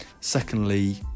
Secondly